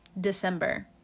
December